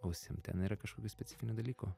ausim ten yra kažkokių specifinių dalykų